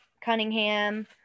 Cunningham